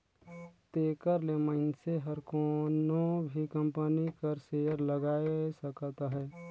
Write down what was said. तेकर ले मइनसे हर कोनो भी कंपनी कर सेयर लगाए सकत अहे